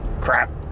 Crap